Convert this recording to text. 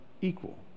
equal